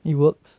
it works